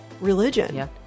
religion